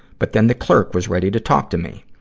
but then the clerk was ready to talk to me.